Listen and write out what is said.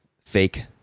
fake